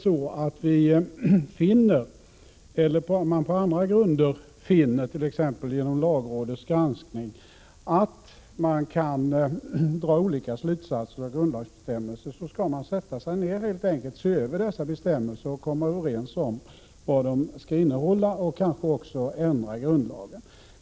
Om vi finner eller om man på andra grunder finner, t.ex. genom lagrådets granskning, att vi kan dra olika slutsatser av grundlagsbestämmelser, skall vi helt enkelt sätta oss ner och se över dessa bestämmelser och komma överens om vad de skall innehålla och kanske också ändra i grundlagen.